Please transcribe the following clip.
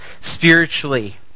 spiritually